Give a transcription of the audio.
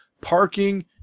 parking